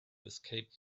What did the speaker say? escape